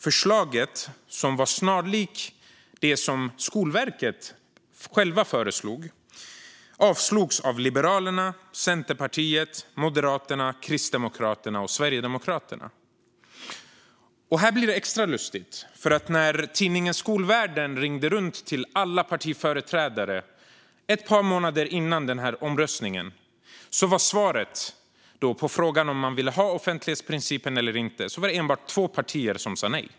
Förslaget, som var snarlikt det som Skolverket självt föreslog, avslogs av Liberalerna, Centerpartiet, Moderaterna, Kristdemokraterna och Sverigedemokraterna. Här blir det extra lustigt, för när tidningen Skolvärlden ringde runt till alla partiföreträdare ett par månader före omröstningen och ställde frågan om man ville ha offentlighetsprincipen eller inte var det enbart två partier som sa nej.